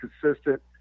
consistent